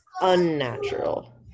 Unnatural